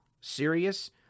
serious